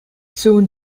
soon